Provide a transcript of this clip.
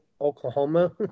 Oklahoma